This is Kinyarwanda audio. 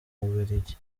bubiligi